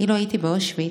אילו הייתי באושוויץ,